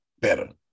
better